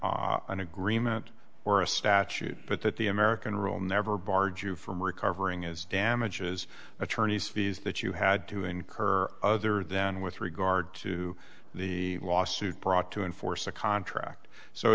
absent an agreement or a statute but that the american rule never barred you from recovering as damages attorney's fees that you had to incur other than with regard to the lawsuit brought to enforce a contract so